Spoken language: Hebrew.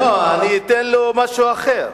לא, אני אתן לו משהו אחר,